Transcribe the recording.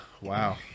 wow